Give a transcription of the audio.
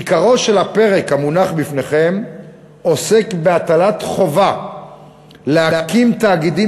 עיקרו של הפרק המונח בפניכם עוסק בהטלת חובה להקים תאגידים